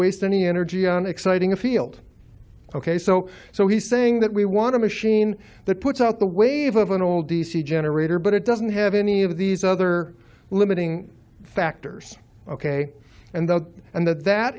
waste any energy on exciting a field ok so so he's saying that we want a machine that puts out the wave of an old d c generator but it doesn't have any of these other limiting factors ok and the and that that